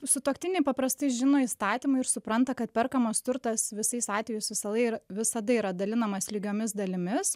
sutuoktiniai paprastai žino įstatymą ir supranta kad perkamas turtas visais atvejais visalai visada yra dalinamas lygiomis dalimis